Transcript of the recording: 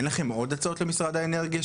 אין לכם עוד הצעות למשרד האנרגיה,